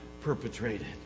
perpetrated